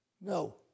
No